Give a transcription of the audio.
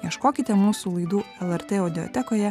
ieškokite mūsų laidų lrt audiotekoje